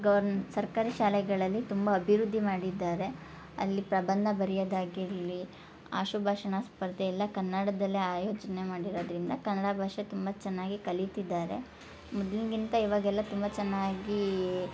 govern ಸರ್ಕಾರಿ ಶಾಲೆಗಳಲ್ಲಿ ತುಂಬ ಅಭಿವೃದ್ಧಿ ಮಾಡಿದ್ದಾರೆ ಅಲ್ಲಿ ಪ್ರಬಂಧ ಬರಿರೋದಾಗಿರ್ಲಿ ಆಶುಭಾಷಣ ಸ್ಪರ್ಧೆ ಎಲ್ಲ ಕನ್ನಡದಲ್ಲೇ ಆಯೋಜನೆ ಮಾಡಿರೋದರಿಂದ ಕನ್ನಡ ಭಾಷೆ ತುಂಬ ಚೆನ್ನಾಗಿ ಕಲಿತಿದ್ದಾರೆ ಮೊದಲಿನ್ಗಿಂತ ಇವಾಗೆಲ್ಲ ತುಂಬ ಚೆನ್ನಾಗಿ